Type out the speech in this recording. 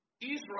Israel